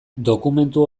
dokumentu